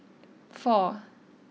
four